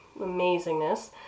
amazingness